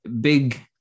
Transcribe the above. big